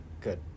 good